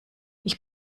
ich